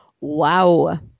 Wow